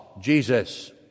Jesus